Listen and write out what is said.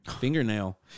fingernail